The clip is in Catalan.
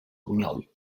bunyol